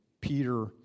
Peter